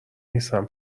نیستم